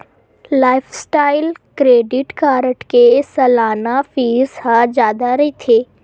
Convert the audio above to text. lifestyle credit card के सलाना fees ह जादा रहिथे